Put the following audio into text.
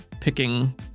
picking